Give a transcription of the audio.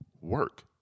work